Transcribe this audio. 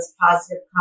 positive